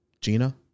Gina